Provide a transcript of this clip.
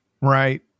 Right